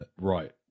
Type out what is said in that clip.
right